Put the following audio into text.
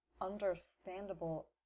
understandable